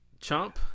Chomp